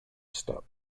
step